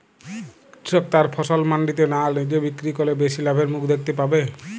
কৃষক তার ফসল মান্ডিতে না নিজে বিক্রি করলে বেশি লাভের মুখ দেখতে পাবে?